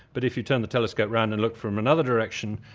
but if you turn the telescope around and look from another direction,